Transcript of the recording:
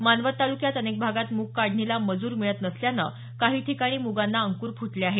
मानवत तालुक्यात अनेक भागात मूग काढणीला मजूर मिळत नसल्याने काही ठिकाणी मुगांना अंकूर फुटले आहेत